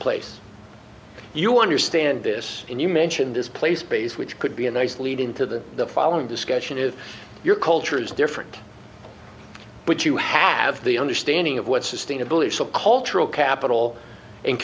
place you understand this and you mentioned this place base which could be a nice lead into the following discussion is your culture is different but you have the understanding of what sustainability of cultural capital and